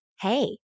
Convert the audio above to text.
hey